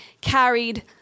carried